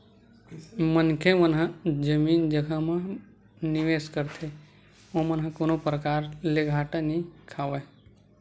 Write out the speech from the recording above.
मनखे मन ह जमीन जघा म निवेस करथे ओमन ह कोनो परकार ले घाटा नइ खावय